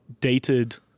dated